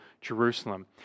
Jerusalem